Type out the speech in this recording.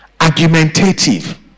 Argumentative